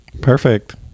Perfect